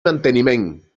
manteniment